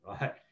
right